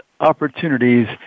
opportunities